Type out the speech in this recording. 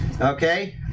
okay